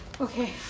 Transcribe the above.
Okay